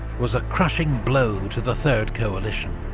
was a crushing blow to the third coalition.